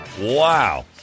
Wow